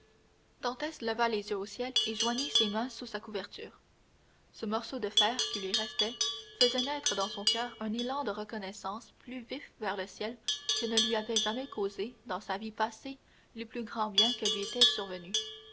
leva les yeux au ciel et joignit ses mains sous sa couverture ce morceau de fer qui lui restait faisait naître dans son coeur un élan de reconnaissance plus vif vers le ciel que ne lui avaient jamais causé dans sa vie passée les plus grands biens qui lui étaient survenus